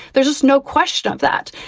there's just no question of that.